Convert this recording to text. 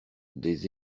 des